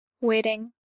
Waiting